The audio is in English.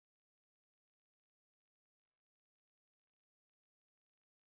my bad ah next door and uh front door also two two handicapped